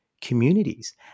communities